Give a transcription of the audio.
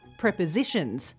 prepositions